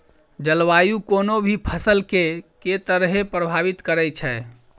जलवायु कोनो भी फसल केँ के तरहे प्रभावित करै छै?